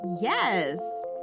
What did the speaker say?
yes